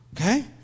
okay